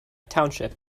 township